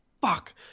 Fuck